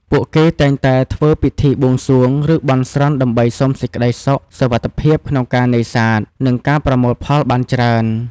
ពួកគេតែងតែធ្វើពិធីបួងសួង ឬបន់ស្រន់ដើម្បីសុំសេចក្ដីសុខ សុវត្ថិភាពក្នុងការនេសាទ និងការប្រមូលផលបានច្រើន។